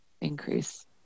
increase